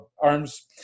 arms